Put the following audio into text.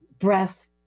breath